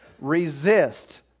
Resist